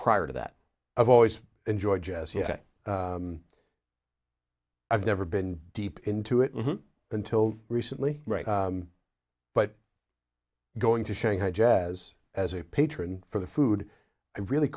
prior to that i've always enjoyed jazz yet i've never been deep into it until recently right but going to shanghai jazz as a patron for the food and really